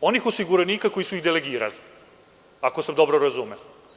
onih osiguranika koji su ih delegirali, ako sam dobro razumeo.